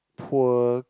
poor